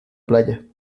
playa